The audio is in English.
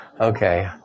Okay